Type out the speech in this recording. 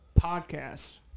podcasts